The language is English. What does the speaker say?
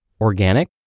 Organic